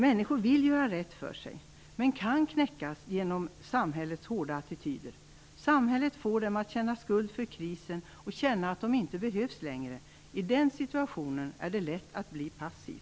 Människor vill göra rätt för sig, men de kan knäckas genom samhällets hårda attityder. Samhället får dem att känna skuld för krisen, och att de inte behövs längre. I den situationen är det lätt att bli passiv.